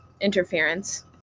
interference